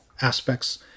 aspects